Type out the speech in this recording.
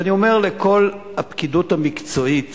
ואני אומר לכל הפקידות המקצועית